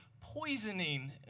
poisoning